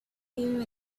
you